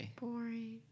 boring